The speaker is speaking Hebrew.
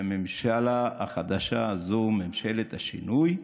בממשלה החדשה הזאת, ממשלת השינוי,